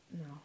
No